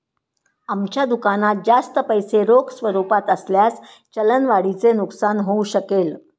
आमच्या दुकानात जास्त पैसे रोख स्वरूपात असल्यास चलन वाढीचे नुकसान होऊ शकेल